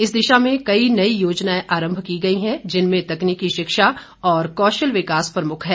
इस दिशा में कई नई योजनाएं आंरभ की गई हैं जिनमें तकनीकी शिक्षा और कौशल विकास प्रमुख है